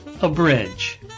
Abridge